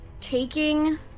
taking